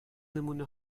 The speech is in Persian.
نمونه